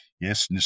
yes